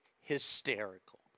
hysterical